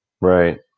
Right